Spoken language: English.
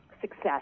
success